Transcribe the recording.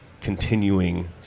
continuing